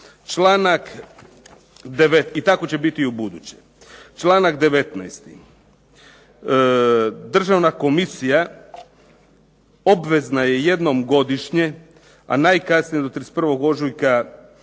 Članak 19., Državna komisija obvezna je jednom godišnje a najkasnije do 31. ožujka